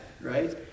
right